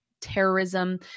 terrorism